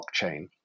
blockchain